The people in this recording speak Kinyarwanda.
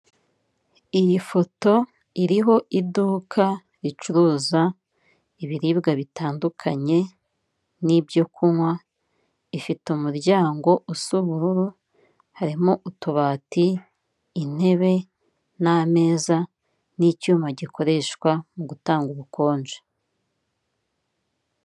Iyi foto iriho iduka ricuruza ibiribwa bitandukanye n'ibyo kunywa, ifite umuryango usa ubururu, harimo utubati, intebe n'ameza n'icyuma gikoreshwa mu gutanga ubukonje.